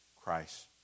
Christ